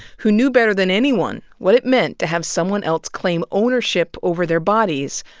who knew better than anyone what it meant to have someone else claim ownership over their bodies,